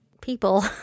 people